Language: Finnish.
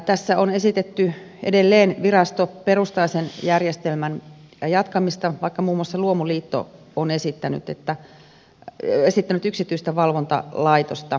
tässä on esitetty edelleen virastoperustaisen järjestelmän jatkamista vaikka muun muassa luomuliitto on esittänyt yksityistä valvontalaitosta